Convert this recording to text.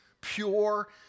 pure